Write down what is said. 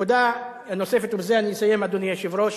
נקודה נוספת, ובזה אני אסיים, אדוני היושב-ראש.